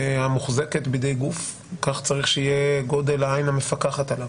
המוחזקת בידי גוף כך צריך שיהיה גודל העין המפקחת עליו.